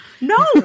No